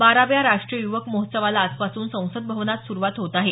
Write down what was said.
बाराव्या राष्ट्रीय य्वक महोत्सवाला आजपासून संसद भवनात सुरुवात होत आहे